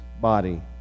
body